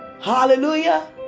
Hallelujah